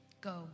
go